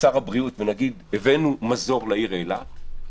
ושר הבריאות ונגיד: הבאנו מזור לעיר אילת,